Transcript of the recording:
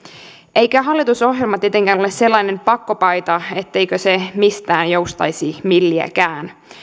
eikä hallitusohjelma tietenkään ole sellainen pakkopaita etteikö se mistään joustaisi milliäkään